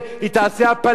היא תעשה הפלה.